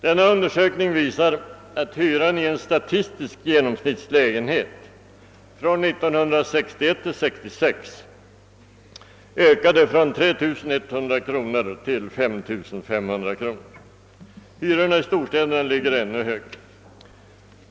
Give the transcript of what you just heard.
Denna undersökning visar att hyran i en statistisk genomsnittslägenhet från 1961 till 1966 ökade från 3100 kronor till 5 500 kronor. Hyrorna i storstäderna ligger ännu högre.